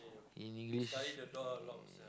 in English